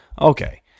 okay